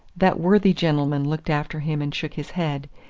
that worthy gentleman looked after him and shook his head,